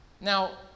Now